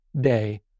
day